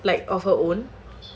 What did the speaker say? like of her own